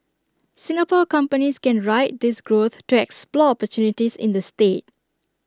Singapore companies can ride this growth to explore opportunities in the state